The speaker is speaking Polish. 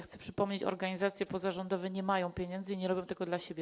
Chcę przypomnieć, że organizacje pozarządowe nie mają pieniędzy i nie robią tego dla siebie.